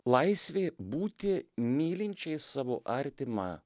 laisvė būti mylinčiais savo artimą